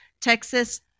Texas